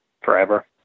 forever